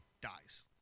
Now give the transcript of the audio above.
dies